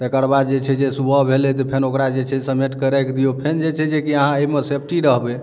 तेकर बाद जे छै जे सुबह भेलै तऽ फेन ओकरा जे छै से समेटके राखि दिऔ फेन जे छै जेकि अहाँ एहिमे सेफ्टी रहबै